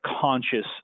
conscious